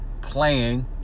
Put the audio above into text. Playing